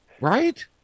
right